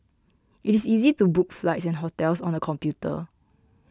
it is easy to book flights and hotels on the computer